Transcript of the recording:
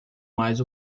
mais